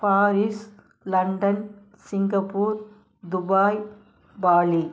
Paris London Singapore Dubai Bali